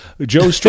Joe